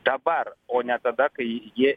dabar o ne tada kai jie